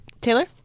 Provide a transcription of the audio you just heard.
Taylor